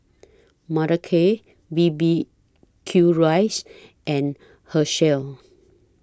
Mothercare B B Q Rice and Herschel